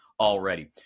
already